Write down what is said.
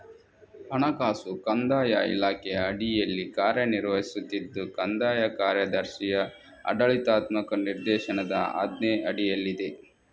ಹಣಕಾಸು ಕಂದಾಯ ಇಲಾಖೆಯ ಅಡಿಯಲ್ಲಿ ಕಾರ್ಯ ನಿರ್ವಹಿಸುತ್ತಿದ್ದು ಕಂದಾಯ ಕಾರ್ಯದರ್ಶಿಯ ಆಡಳಿತಾತ್ಮಕ ನಿರ್ದೇಶನದ ಆಜ್ಞೆಯ ಅಡಿಯಲ್ಲಿದೆ